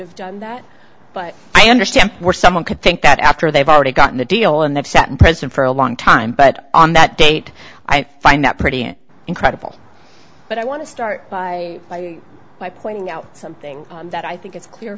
have done that but i understand where someone could think that after they've already gotten a deal and they've sat in prison for a long time but on that date i find that pretty incredible but i want to start by by pointing out something that i think it's clear